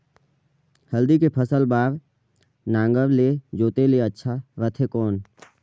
हल्दी के फसल बार नागर ले जोते ले अच्छा रथे कौन?